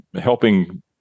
helping